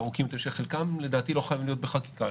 ארוכים שחלקם לדעתי לא חייבים להיות בחקיקה.